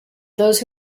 those